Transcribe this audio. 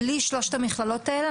בלי שלושת המכללות האלו,